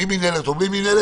עם מנהלת או בלי מנהלת,